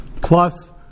plus